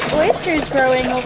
oysters growing